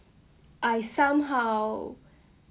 I somehow